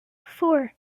four